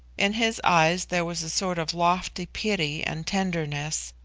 in his eyes there was a sort of lofty pity and tenderness,